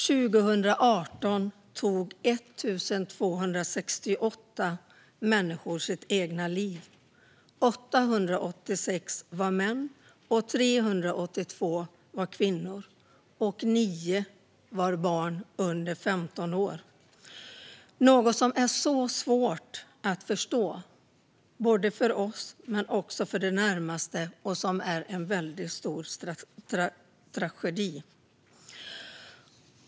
År 2018 tog 1 268 människor sitt liv. 886 var män och 382 var kvinnor. Av dessa personer var 9 barn under 15 år. Detta är så svårt att förstå, både för oss och för de närmaste. Det är en väldigt stor tragedi.